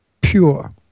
pure